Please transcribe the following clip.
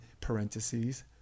parentheses